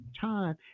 time